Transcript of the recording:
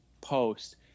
post